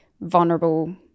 vulnerable